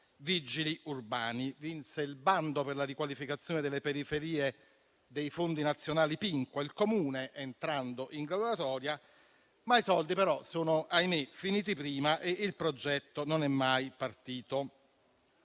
vigili urbani, vinse il bando per la riqualificazione delle periferie dei fondi nazionali Pinqua, entrando in graduatoria. I soldi, però, ahimè, sono finiti prima e il progetto non è mai partito.